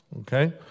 Okay